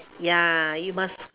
ya you must